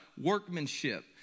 workmanship